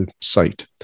site